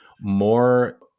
more